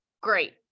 great